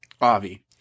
Avi